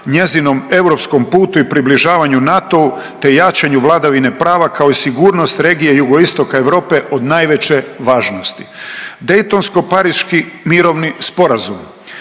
njezinom europskom putu i približavanju NATO-u te jačanju vladavine prava kao i sigurnost regije jugoistoka Europe od najveće važnosti. Daytonsko-pariški mirovni sporazum